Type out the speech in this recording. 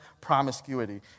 promiscuity